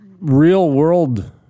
real-world